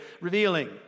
revealing